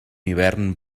hivern